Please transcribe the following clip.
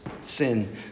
sin